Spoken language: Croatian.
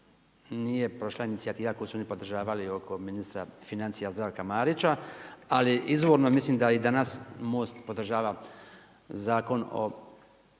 nije prošla inicijativa koju su oni podržavali oko ministra financija Zdravka Marića, ali izvorno mislim da i danas MOST podržava Zakon o